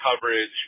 coverage